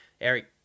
Eric